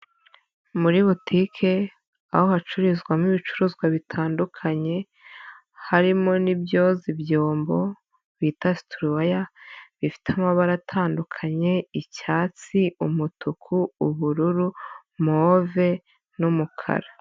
Muri butike, aho hacururizwamo ibicuruzwa bitandukanye, harimo n'ibyoza byombo, bita situruwaya, bifite amabara atandukanye, icyatsi, umutuku, ubururu, move n'umukara.